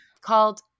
called